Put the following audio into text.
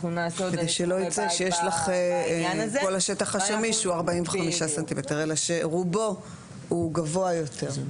כדי שלא יצא שכל השטח השמיש הוא 45 סנטימטרים אלא שרובו הוא גבוה יותר.